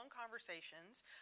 conversations